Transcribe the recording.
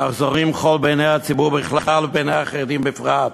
אך זורים חול בעיני הציבור בכלל ובעיני החרדים בפרט,